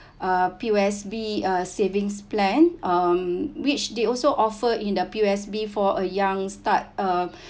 uh P_O_S_B uh savings plan um which they also offer in the P_O_S_B for a young start uh